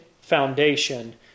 foundation